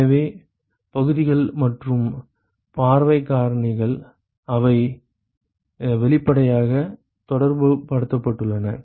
எனவே பகுதிகள் மற்றும் பார்வை காரணிகள் அவை வெளிப்படையாக தொடர்புபடுத்தப்பட்டுள்ளன